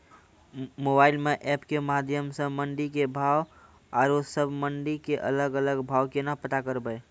Mobile म app के माध्यम सऽ मंडी के भाव औरो सब मंडी के अलग अलग भाव केना पता करबै?